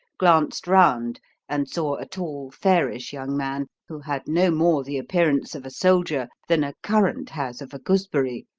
glanced round and saw a tall, fairish young man who had no more the appearance of a soldier than a currant has of a gooseberry.